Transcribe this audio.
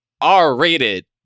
R-rated